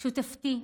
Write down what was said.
שותפתי,